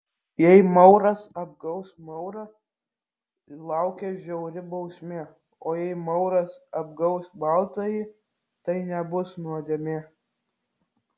jei mauras apgaus maurą laukia žiauri bausmė o jei mauras apgaus baltąjį tai nebus nuodėmė